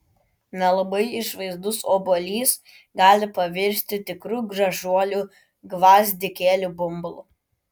nelabai išvaizdus obuolys gali pavirsti tikru gražuoliu gvazdikėlių bumbulu